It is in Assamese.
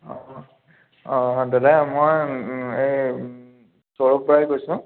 অঁ অঁ দাদা মই এই সৌৰভ বৰাই কৈছোঁ